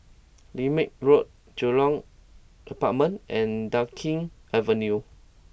Lermit Road Jurong Apartments and Dunkirk Avenue